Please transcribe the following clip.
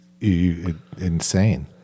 insane